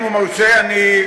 אם הוא מרשה אני,